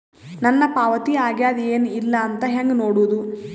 ನನ್ನ ಪಾವತಿ ಆಗ್ಯಾದ ಏನ್ ಇಲ್ಲ ಅಂತ ಹೆಂಗ ನೋಡುದು?